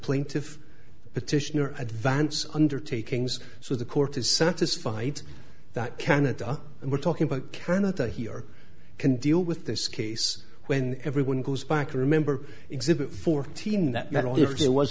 plaintiff petitioner advance undertakings so the court is satisfied that canada and we're talking about canada here can deal with this case when everyone goes back remember exhibit fourteen that only if there was